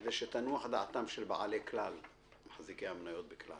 כדי שתנוח דעתם של מחזיקי המניות ב"כלל"